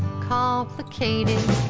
complicated